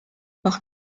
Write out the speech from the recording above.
par